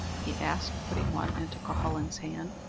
he asked putting one into cuhullin's hand.